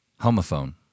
Homophone